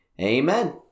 Amen